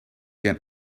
can